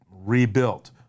Rebuilt